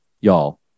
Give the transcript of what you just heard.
y'all